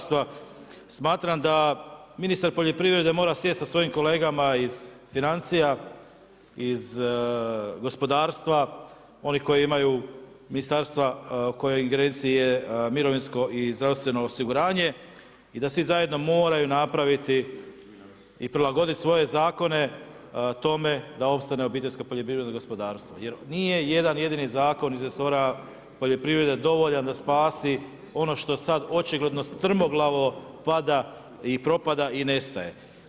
Smatram da ministar poljoprivrede mora sjest sa svojim kolegama iz financija, iz gospodarstva, oni koji imaju ministarstva u kojoj ingerenciji je mirovinsko i zdravstveno osiguranje i da svi zajedno moraju napraviti i prilagoditi svoje zakone tome da opstane OPG jer nije jedan jedini zakon iz resora poljoprivrede dovoljan da spasi ono što sad očigledno, strmoglavo pada i propada i nestaje.